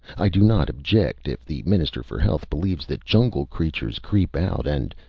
i do not object if the minister for health believes that jungle creatures creep out and.